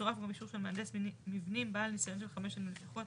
יצורף גם אישור של מהנדס מבנים בעל ניסיון של חמש שנים לפחות